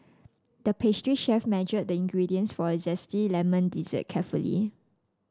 the pastry chef measured the ingredients for a zesty lemon dessert carefully